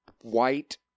White